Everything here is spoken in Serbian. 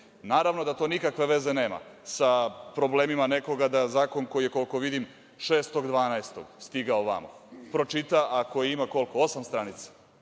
Naravno, da to nikakve veze nema sa problemima nekoga da zakon, koji je koliko vidim 6. decembra stigao vama. Pročita, ako ima, koliko? Osam stranica,